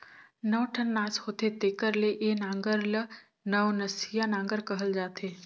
नौ ठन नास होथे तेकर ले ए नांगर ल नवनसिया नागर कहल जाथे